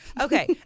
okay